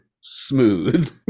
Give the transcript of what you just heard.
smooth